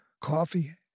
coffee